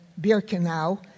Birkenau